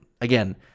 again